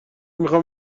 میخوام